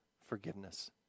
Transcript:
forgiveness